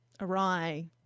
awry